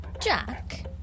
Jack